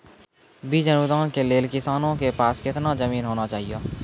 बीज अनुदान के लेल किसानों के पास केतना जमीन होना चहियों?